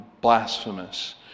blasphemous